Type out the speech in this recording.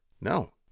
No